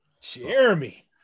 Jeremy